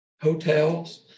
hotels